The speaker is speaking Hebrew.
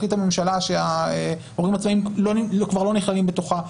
הממשלה, ההורים העצמאיים כבר לא נכללים בתוכה?